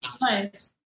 Nice